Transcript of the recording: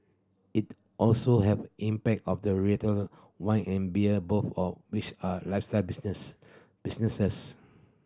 it also have impact of the retail wine and beer both of which are lifestyle business businesses